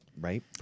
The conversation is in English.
right